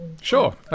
Sure